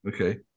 Okay